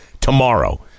Tomorrow